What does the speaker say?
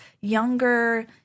younger